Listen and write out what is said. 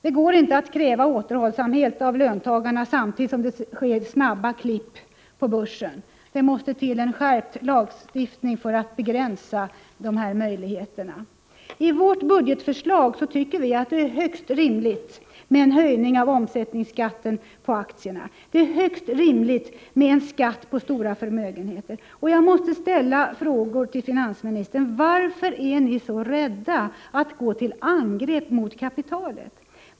Det går inte att kräva återhållsamhet av löntagarna samtidigt som det görs snabba klipp på börsen. Det måste till en skärpning av lagen, så att möjligheterna till sådant begränsas. Vid utarbetandet av vårt budgetförslag har vi ansett det vara högst rimligt med en höjning av omsättningsskatten på aktier, och det är också högst rimligt med en höjning av skatten på stora förmögenheter. Jag måste fråga finansministern: Varför är ni så rädda för att gå till angrepp mot kapitalet?